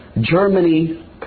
Germany